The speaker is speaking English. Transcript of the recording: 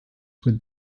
would